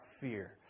fear